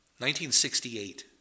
1968